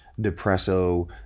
depresso